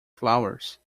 flowers